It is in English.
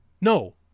No